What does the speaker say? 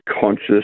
conscious